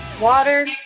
water